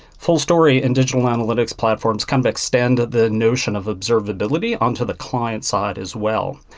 fullstory and digital analytics platforms kind of extend the notion of observability on to the client side as well.